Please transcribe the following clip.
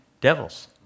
devils